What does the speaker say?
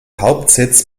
hauptsitz